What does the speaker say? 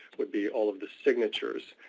would be all of the signatures,